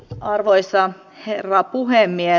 arvoisa herra puhemies